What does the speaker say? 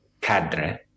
cadre